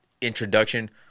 introduction